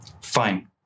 Fine